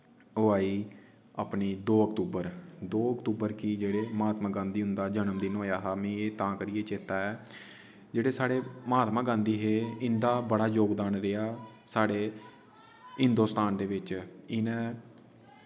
ओह् आई अपनी दो अक्तूबर दो अक्तूबर गी जेह्ड़े महात्मा गांधी हुंदा जनम दिन होया हा मी एह् तां करियै चेता ऐ जेह्ड़े साढ़े महात्मा गांधी हे इंदा बड़ा जोगदान रेहा साढ़े हिन्दोस्तान दे बिच इनै